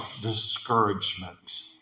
discouragement